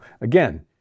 again